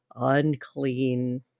unclean